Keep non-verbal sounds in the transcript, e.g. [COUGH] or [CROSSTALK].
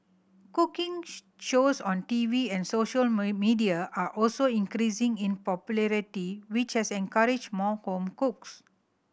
cooking shows on TV and social [UNINTELLIGIBLE] media are also increasing in popularity which has encouraged more home cooks